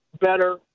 better